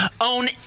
own